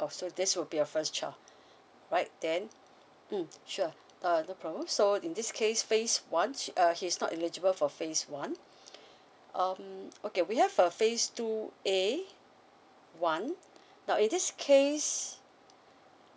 oh so this will be your first child right then mm sure uh the problem so in this case phase one uh he's not eligible for phase one um okay we have a phase two A one but in this case